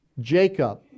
Jacob